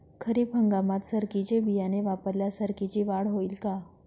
खरीप हंगामात सरकीचे बियाणे वापरल्यास सरकीची वाढ होईल का?